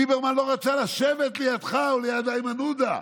ליברמן לא רצה לשבת לידך או ליד איימן עודה.